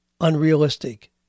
unrealistic